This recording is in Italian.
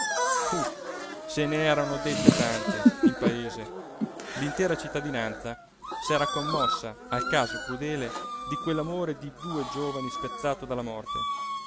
uh se n'erano dette tante in paese l'intera cittadinanza s'era commossa al caso crudele di quell'amore di due giovani spezzato dalla morte